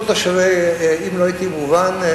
אם לא הייתי מובן,